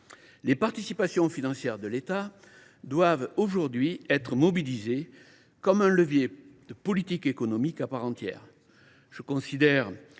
Les participations financières de l’État doivent aujourd’hui être mobilisées comme un levier de politique économique à part entière. Je considère